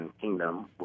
Kingdom